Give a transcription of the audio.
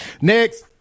next